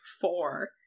four